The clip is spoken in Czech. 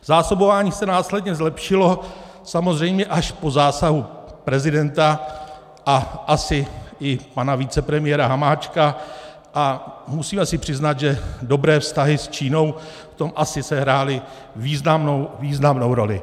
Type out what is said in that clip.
Zásobování se následně zlepšilo samozřejmě až po zásahu prezidenta a asi i pana vicepremiéra Hamáčka, a musíme si přiznat, že dobré vztahy s Čínou v tom asi sehrály významnou, významnou roli.